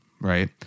right